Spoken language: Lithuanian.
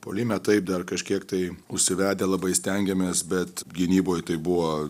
puolime taip dar kažkiek tai užsivedę labai stengiamės bet gynyboj tai buvo